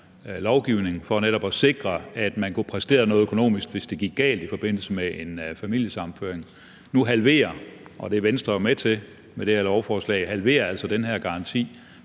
netop at sikre, at man kunne præstere noget økonomisk, hvis det gik galt i forbindelse med en familiesammenføring. Nu halveres den her garanti, og det er Venstre med til med det her lovforslag, fra de nuværende